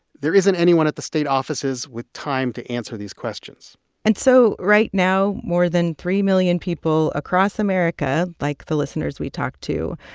there isn't anyone at the state offices with time to answer these questions and so right now, more than three million people across america, like the listeners we talked to,